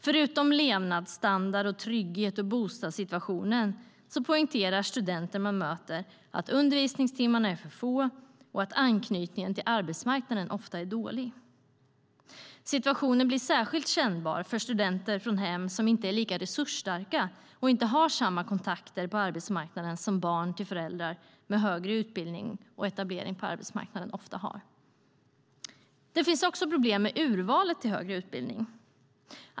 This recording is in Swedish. Förutom levnadsstandarden, tryggheten och bostadssituationen poängterar studenter man möter att undervisningstimmarna är för få och att anknytningen till arbetsmarknaden ofta är dålig. Situationen blir särskilt kännbar för studenter från hem som inte är lika resursstarka och inte har samma kontakter på arbetsmarknaden som barn till föräldrar med högre utbildning och etablering på arbetsmarknaden ofta har. Det finns också problem med urvalet till högre utbildning.